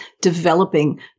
developing